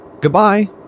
Goodbye